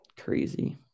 crazy